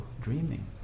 dreaming